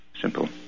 simple